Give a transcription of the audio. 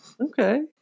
Okay